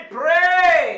pray